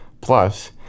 plus